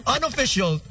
Unofficial